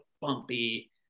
bumpy